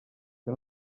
que